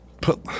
put